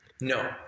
No